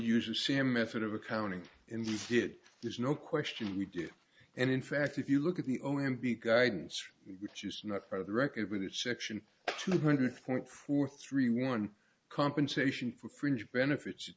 use the same method of accounting and he did there's no question we did and in fact if you look at the o m b guidance which is not part of the record for that section two hundred point four three one compensation for fringe benefits it